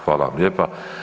Hvala vam lijepa.